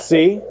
See